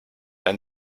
ein